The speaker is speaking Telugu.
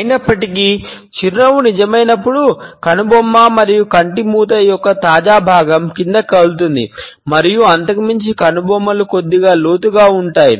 అయినప్పటికీ చిరునవ్వు నిజమైనప్పుడు కనుబొమ్మ మరియు కంటి మూత యొక్క తాజా భాగం క్రిందికి కదులుతుంది మరియు అంతకు మించి కనుబొమ్మలు కొద్దిగా లోతుగా ఉంటాయి